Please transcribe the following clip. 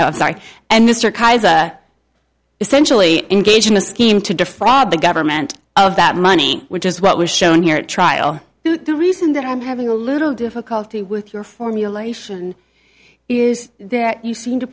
was sorry and mr kaiser essentially engaged in the scheme to defraud the government of that money which is what was shown here at trial the reason that i'm having a little difficulty with your formulation is there you seem to